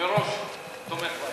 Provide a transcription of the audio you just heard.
מראש תומך בהצעה שלך.